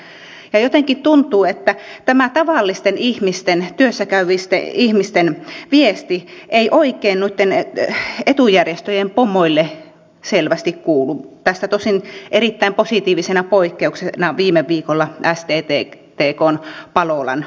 jotenkin tuntuu että tämä tavallisten ihmisten työssä käyvien ihmisten viesti ei oikein noitten etujärjestöjen pomoille selvästi kuulu tästä tosin erittäin positiivisena poikkeuksena viime viikolla sttkn palolan ulostulo